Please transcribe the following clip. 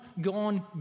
gone